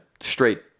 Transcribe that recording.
straight